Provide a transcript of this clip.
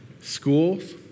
Schools